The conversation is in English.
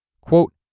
Quote